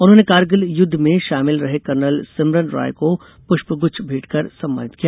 उन्होंने कारगिल युद्ध में शामिल रहे कर्नल सिमरन राय को पृष्पगुच्छ भेंट कर सम्मानित किया